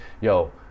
yo